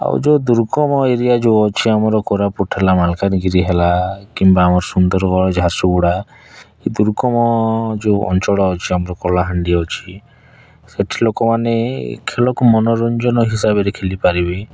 ଆଉ ଯେଉଁ ଦୁର୍ଗମ ଏରିଆ ଯେଉଁ ଅଛି ଆମର କୋରାପୁଟ ହେଲା ମାଲକାନଗିରି ହେଲା କିମ୍ବା ଆମର ସୁନ୍ଦରଗଡ଼ ଝାରସୁଗୁଡ଼ା ଏ ଦୁର୍ଗମ ଯେଉଁ ଅଞ୍ଚଳ ଅଛି ଆମର କଳାହାଣ୍ଡି ଅଛି ସେଇଠି ଲୋକମାନେ ଖେଳକୁ ମନୋରଞ୍ଜନ ହିସାବରେ ଖେଳିପାରିବେ